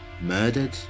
murdered